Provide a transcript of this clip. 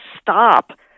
stop